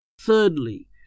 Thirdly